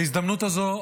בהזדמנות הזאת,